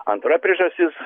antra priežastis